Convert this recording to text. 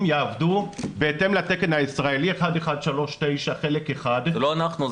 יעבדו בהתאם לתקן הישראלי 1139 חלק 1. זה לא אנחנו,